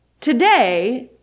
today